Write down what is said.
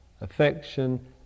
affection